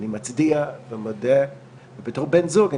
52 רובן ככולן